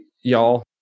y'all